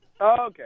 okay